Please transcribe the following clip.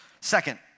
Second